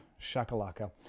shakalaka